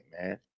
man